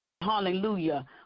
hallelujah